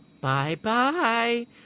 Bye-bye